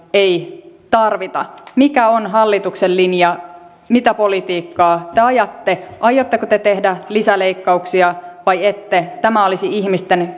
ei tarvita mikä on hallituksen linja mitä politiikkaa te ajatte aiotteko te tehdä lisäleikkauksia vai ette tämä olisi ihmisten